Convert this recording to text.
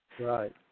Right